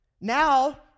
Now